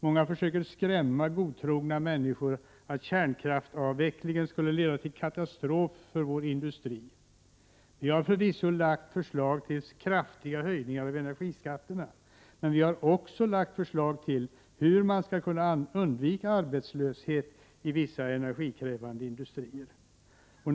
Många försöker skrämma godtrogna människor att kärnkraftsavveckling skulle leda till katastrof för vår industri. Vi i miljöpartiet har förvisso föreslagit kraftiga höjningar av energiskatterna, men vi har också föreslagit hur man skall kunna undvika arbetslöshet inom vissa energikrävande industrier.